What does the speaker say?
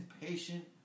impatient